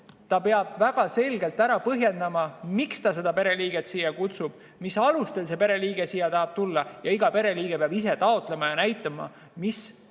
ta peab väga selgelt ära põhjendama, miks ta selle pereliikme siia kutsub ja mis alustel see pereliige siia tahab tulla, ning iga pereliige peab ise taotlema ja näitama, miks tal